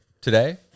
today